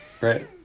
right